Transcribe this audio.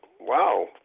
Wow